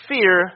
Fear